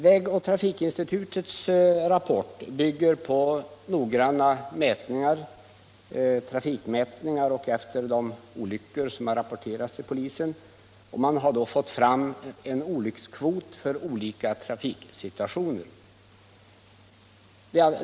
Vägoch trafikinstitutets rapport bygger på noggranna mätningar, och man har då fått fram en olyckskvot för olika trafiksituationer.